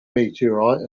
meteorite